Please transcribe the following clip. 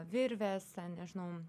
virvės nežinau